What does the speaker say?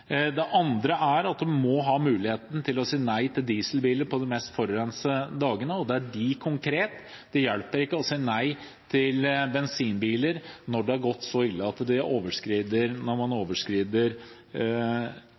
ha mulighet til å si nei til dieselbiler på de mest forurensede dagene, og det gjelder dem konkret, det hjelper ikke å si nei til bensinbiler når det har blitt så ille at man overskrider